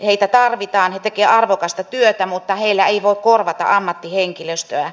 heitä tarvitaan he tekevät arvokasta työtä mutta heillä ei voi korvata ammattihenkilöstöä